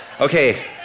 okay